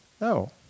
No